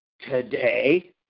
today